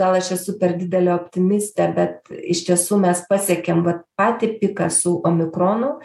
gal aš esu per didelė optimistė bet iš tiesų mes pasiekėm vat patį piką su omikronu